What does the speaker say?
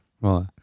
Right